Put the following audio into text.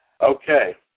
Okay